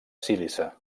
sílice